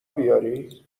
بیاری